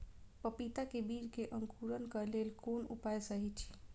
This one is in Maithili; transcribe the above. पपीता के बीज के अंकुरन क लेल कोन उपाय सहि अछि?